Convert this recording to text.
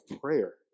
prayer